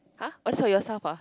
!huh! oh so yourself ah